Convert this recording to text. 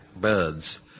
birds